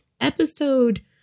episode